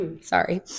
Sorry